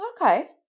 Okay